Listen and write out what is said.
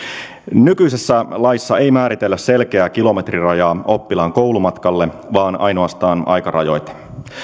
nykyisessä laissa ei määritellä selkeää kilometrirajaa oppilaan koulumatkalle vaan ainoastaan aikarajoite